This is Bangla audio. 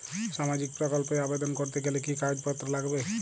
সামাজিক প্রকল্প এ আবেদন করতে গেলে কি কাগজ পত্র লাগবে?